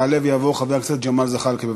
יעלה ויבוא חבר הכנסת ג'מאל זחאלקה.